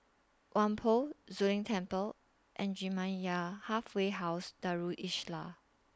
Whampoa Zu Lin Temple and Jamiyah Halfway House Darul Islah